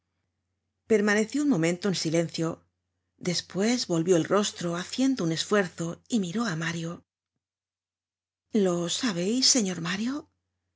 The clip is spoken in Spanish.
permaneció un momento en silencio despues volvió el rostro haciendo un esfuerzo y miró á mario lo sabeis señor mario